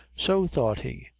so, thought he,